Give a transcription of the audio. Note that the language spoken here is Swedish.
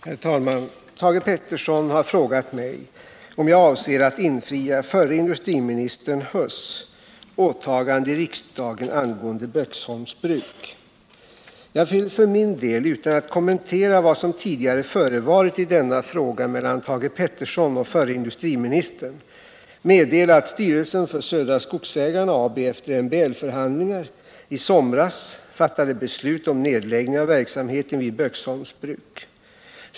Herr talman! Thage Peterson har frågat mig om jag avser att infria förre industriministern Huss åtagande i riksdagen angående Böksholms bruk. Jag vill för min del — utan att kommentera vad som tidigare förevarit i denna fråga mellan Thage Peterson och förre industriministern — meddela att styrelsen för Södra Skogsägarna AB efter MBL-förhandlingar i somras fattade beslut om nedläggning av verksamheten vid Böksholms bruk.